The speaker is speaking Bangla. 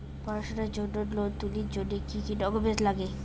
পড়াশুনার জন্যে লোন তুলির জন্যে কি কি ডকুমেন্টস নাগে?